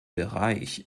bereich